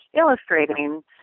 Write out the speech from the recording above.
illustrating